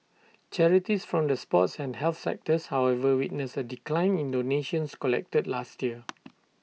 charities from the sports and health sectors however witnessed A decline in donations collected last year